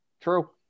True